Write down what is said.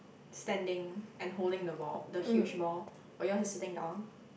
standing and holding the ball the huge ball but yours is sitting down